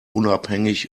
unabhängig